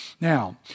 Now